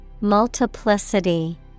Multiplicity